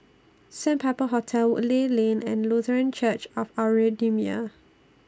Sandpiper Hotel Woodleigh Lane and Lutheran Church of Our Redeemer